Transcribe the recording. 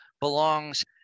belongs